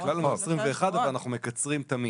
הכלל אומר 21, אבל אנחנו מקצרים תמיד.